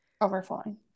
overflowing